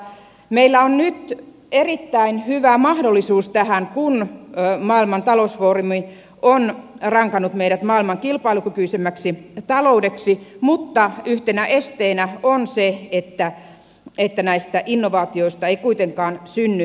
meillä on nyt erittäin hyvä mahdollisuus tähän kun maailman talousfoorumi on rankannut meidät maailman kilpailukykyisimmäksi taloudeksi mutta yhtenä esteenä on se että näistä innovaatioista ei kuitenkaan synny työpaikkoja